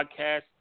Podcast